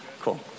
Cool